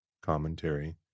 commentary